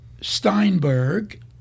Steinberg